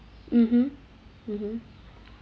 mmhmm mmhmm